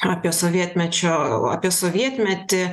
apie sovietmečio apie sovietmetį